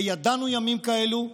וידענו ימים כאלו.